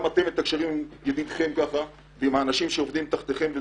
גם אתם מתקשרים כך עם האנשים שקרובים אליכם.